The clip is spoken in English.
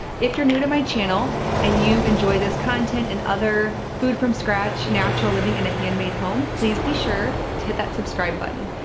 if you're new to my channel and you enjoy this content and other food from scratch, natural living and a handmade home please be sure to hit that subscribe button.